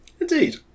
Indeed